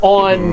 on